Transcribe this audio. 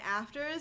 afters